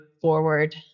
forward